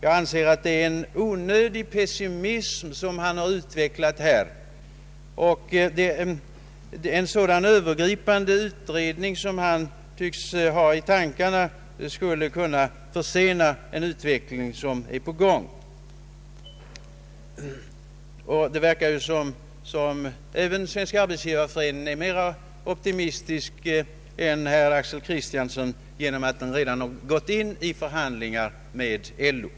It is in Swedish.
Jag anser att det är en onödig pessimism han här utvecklat. En sådan övergripande utredning som han tycks ha i tankarna skulle kunna försena en utveckling som är på gång. Det verkar som om även Svenska arbetsgivareföreningen är mer optimistisk än herr Axel Kristiansson, genom att den redan gått in i förhandlingar med LO.